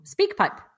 SpeakPipe